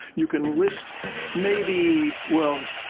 you can list maybe well,